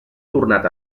tornat